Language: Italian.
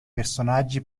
personaggi